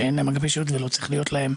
שאין להן אגפי שירות ולא צריכים להיות להן.